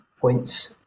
points